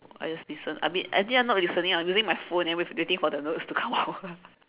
I just listen I mean I think I not listening I'm using my phone and with waiting for the notes to come out